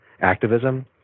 activism